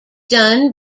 done